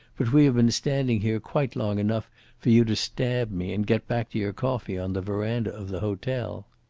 but we have been standing here quite long enough for you to stab me and get back to your coffee on the verandah of the hotel.